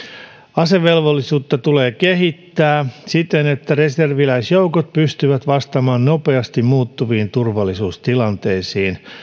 asevelvollisuutta tulee kehittää siten että reserviläisjoukot pystyvät vastaamaan nopeasti muuttuviin turvallisuustilanteisiin